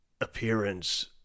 appearance